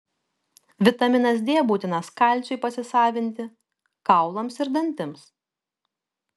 vitaminas d būtinas kalciui pasisavinti kaulams ir dantims